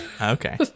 Okay